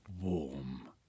warm